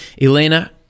Elena